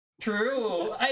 True